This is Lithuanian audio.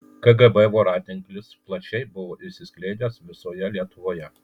kgb voratinklis plačiai buvo išsiskleidęs visoje lietuvoje